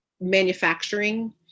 manufacturing